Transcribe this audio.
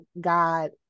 God